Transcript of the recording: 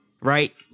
Right